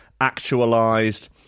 actualized